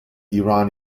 iran